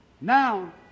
Now